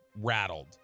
rattled